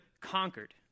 conquered